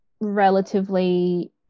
relatively